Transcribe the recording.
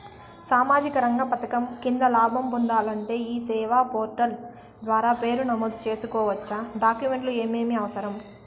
సామాజిక రంగ పథకం కింద లాభం పొందాలంటే ఈ సేవా పోర్టల్ ద్వారా పేరు నమోదు సేసుకోవచ్చా? డాక్యుమెంట్లు ఏమేమి అవసరం?